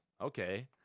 okay